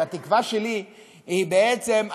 והתקווה שלי היא בעצם,